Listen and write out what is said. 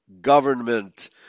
government